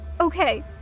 okay